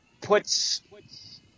puts